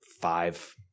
five